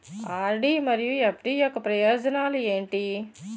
RD మరియు FD యొక్క ప్రయోజనాలు ఏంటి?